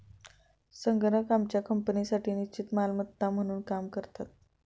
संगणक आमच्या कंपनीसाठी निश्चित मालमत्ता म्हणून काम करतात